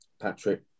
Patrick